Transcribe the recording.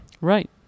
Right